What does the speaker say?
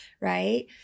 right